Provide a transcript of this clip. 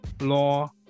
law